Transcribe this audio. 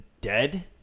dead